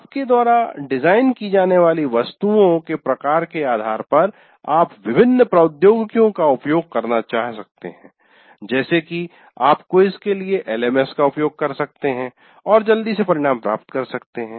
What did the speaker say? आपके द्वारा डिज़ाइन की जाने वाली वस्तुओं के प्रकार के आधार पर आप विभिन्न प्रोद्योगिकियों का उपयोग करना चाह सकते हैं जैसे कि आप क्विज़ के लिए LMS का उपयोग कर सकते हैं और जल्दी से परिणाम प्राप्त कर सकते हैं